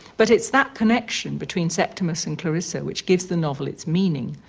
but it's that connection between septimus and clarissa which gives the novel its meaning.